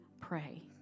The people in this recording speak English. pray